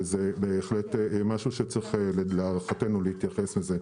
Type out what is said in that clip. וזה בהחלט משהו שצריך להערכתנו להתייחס לזה.